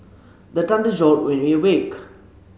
the thunder jolt me awake